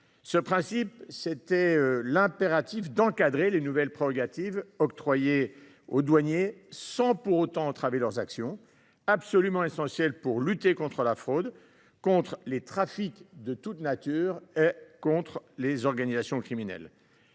Ce principe, c’est l’impératif d’encadrer les nouvelles prérogatives octroyées aux douaniers sans pour autant entraver leurs actions, qui sont absolument essentielles pour lutter contre la fraude, les trafics de toute nature ou les organisations criminelles.